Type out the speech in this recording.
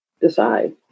decide